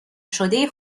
شده